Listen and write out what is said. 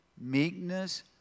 meekness